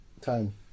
time